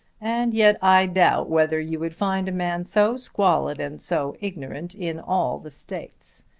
and yet i doubt whether you would find a man so squalid and so ignorant in all the states.